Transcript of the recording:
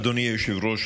אדוני היושב-ראש,